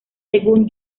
según